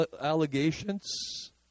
allegations